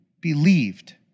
believed